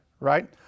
right